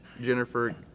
Jennifer